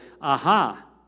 aha